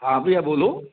हाँ भैया बोलो